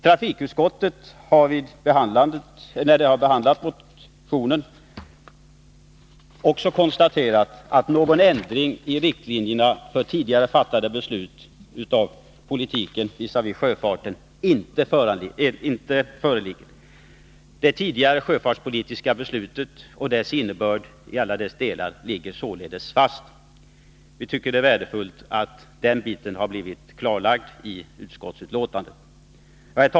Trafikutskottet har också konstaterat att någon ändring av riktlinjerna för tidigare fattade beslut om sjöfartspolitiken inte föreligger. Det tidigare sjöfartspolitiska beslutet och dess innebörd ligger således fast. Vi tycker det är värdefullt att det har klargjorts i betänkandet.